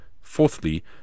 Fourthly